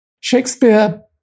Shakespeare